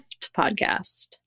Podcast